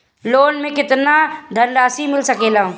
Loan मे केतना धनराशी मिल सकेला?